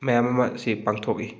ꯃꯌꯥꯝ ꯑꯃꯁꯤ ꯄꯥꯡꯊꯣꯛꯏ